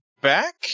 back